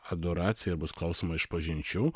adoracija ir bus klausoma išpažinčių